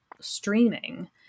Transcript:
streaming